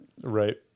right